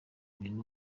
ikintu